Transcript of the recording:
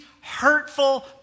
hurtful